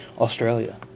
Australia